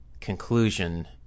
conclusion